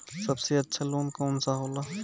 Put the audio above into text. सबसे अच्छा लोन कौन सा होला?